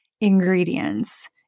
ingredients